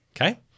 Okay